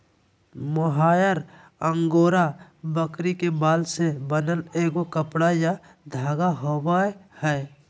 mohair angora बकरी के बाल से बनल एगो कपड़ा या धागा होबैय हइ